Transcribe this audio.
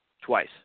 Twice